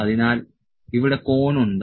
അതിനാൽ ഇവിടെ കോൺ ഉണ്ട്